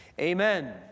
Amen